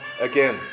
again